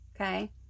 okay